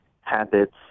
habits